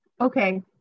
Okay